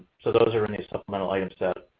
so, those are in the supplemental item set.